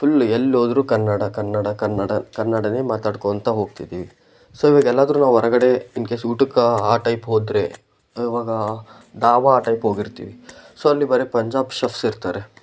full ಎಲ್ಹೋದ್ರು ಕನ್ನಡ ಕನ್ನಡ ಕನ್ನಡ ಕನ್ನಡನೇ ಮಾತಾಡ್ಕೋತ ಹೋಗ್ತಿದೀವಿ ಸೊ ಇವಾಗ ಎಲ್ಲಾದರೂ ನಾವು ಹೊರಗಡೆ ಇನ್ಕೇಸ್ ಊಟಕ್ಕೆ ಆ ಟೈಪ್ ಹೋದರೆ ಇವಾಗ ದಾಬಾ ಟೈಪ್ ಹೋಗಿರ್ತಿವಿ ಸೊ ಅಲ್ಲಿ ಬರೀ ಪಂಜಾಬ್ ಶೆಫ್ಸ್ ಇರ್ತಾರೆ